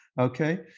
Okay